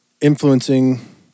influencing –